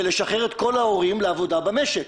ולשחרר את כל ההורים לעבודה במשק